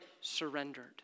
surrendered